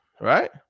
right